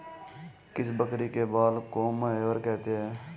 किस बकरी के बाल को मोहेयर कहते हैं?